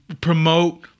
promote